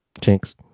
Jinx